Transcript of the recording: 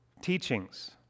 teachings